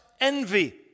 envy